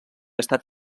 estat